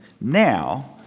now